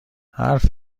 حرف